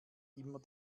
immer